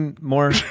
more